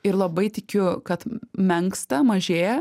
ir labai tikiu kad menksta mažėja